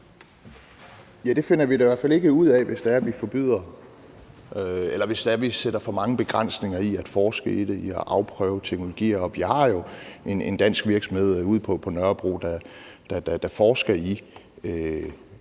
Det finder vi da i hvert fald ikke ud af, hvis vi sætter for mange begrænsninger for at forske i det og i at afprøve teknologier. Vi har jo en dansk virksomhed ude på Nørrebro, der forsker i